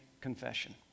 confession